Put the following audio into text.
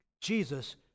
Jesus